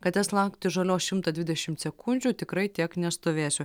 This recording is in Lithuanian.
kad tes laukti žalios šimtą dvidešimt sekundžių tikrai tiek nestovėsiu